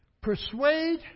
persuade